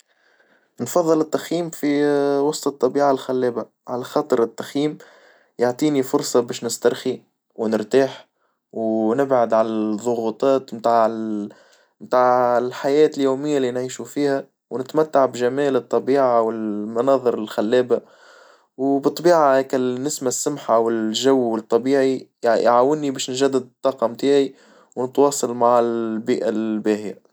نفظل التخييم في وسط الطبيعة الخلابة، على خاطر التخييم يعطيني فرصة باش نسترخي ونرتاح ونبعد على الظغوطات متاع متاع الحياة اليومية اللي نعيشو فيها، ونتمتع بجمال الطبيعة والمناظر الخلابة، وبطبيعة كالنسمة السمحة والجو الطبيعي يعاوني باش نجدد الطاقم متاعي، ونتواصل مع البيئة الباهية.